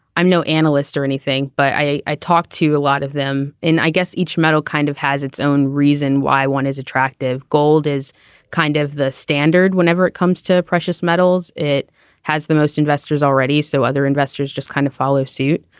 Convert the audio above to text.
i'm no analyst or anything but i i talked to a lot of them and i guess each metal kind of has its own reason why one is attractive. gold is kind of the standard whenever it comes to the precious metals it has the most investors already so other investors just kind of follow suit.